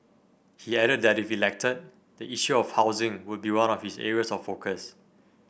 he added that if elected the issue of housing would be one of his areas of focus